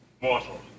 mortal